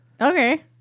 Okay